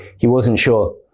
he wasn't sure.